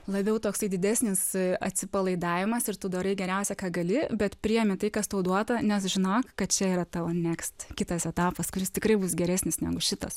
labiau toksai didesnis atsipalaidavimas ir tu darai geriausia ką gali bet priimi tai kas tau duota nes žinok kad čia yra tavo nekst kitas etapas kuris tikrai bus geresnis negu šitas